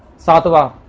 satya